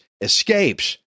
escapes